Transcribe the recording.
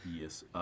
Yes